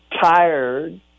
tired